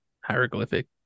hieroglyphic